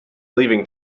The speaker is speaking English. leaving